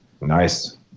nice